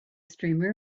streamer